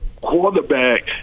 quarterback